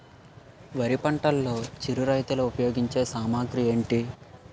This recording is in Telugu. వరి పంటలో చిరు రైతులు ఉపయోగించే సామాగ్రి ఏంటి?